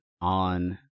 on